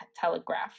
telegraph